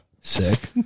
Sick